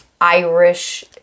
Irish